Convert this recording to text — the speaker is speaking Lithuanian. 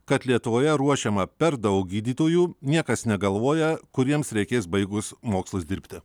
kad lietuvoje ruošiama per daug gydytojų niekas negalvoja kur jiems reikės baigus mokslus dirbti